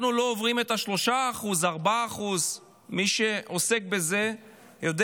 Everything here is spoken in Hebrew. אנחנו לא עוברים 3% 4%. מי שעוסק בזה יודע